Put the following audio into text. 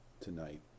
tonight